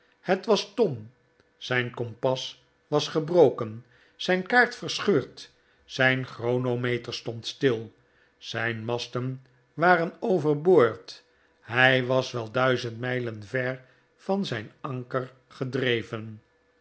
het was tom zijn kompas was gebroken zijn kaart verscheurd zijn chronometer stond stil zijn masten waren over boord hij was wel duizend mijlen ver van zijn anker gedreven